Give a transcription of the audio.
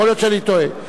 יכול להיות שאני טועה,